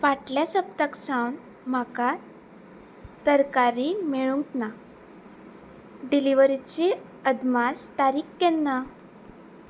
फाटल्या सप्तक सावन म्हाका तरकारी मेळूंक ना डिलिव्हरीची अदमास तारीख केन्ना